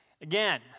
again